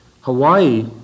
Hawaii